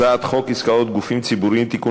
הצעת חוק עסקאות גופים ציבוריים (תיקון